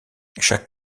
chaque